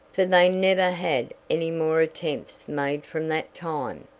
for they never had any more attempts made from that time.